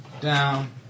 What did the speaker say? Down